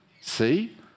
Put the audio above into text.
See